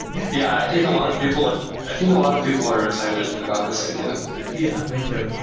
yeah, i think a lot of people are i think a lot of people are excited about this idea yeah, me too.